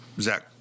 Zach